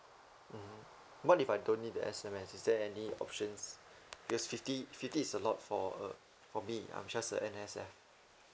mmhmm what if I don't need the S_M_S is there any options because fifty fifty is a lot for uh for me I'm just a N_S_F